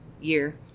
year